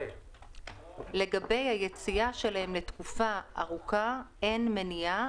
לגבי היציאה שלהם לתקופה ארוכה אין מניעה.